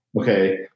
okay